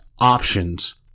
options